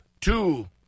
two